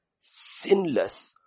Sinless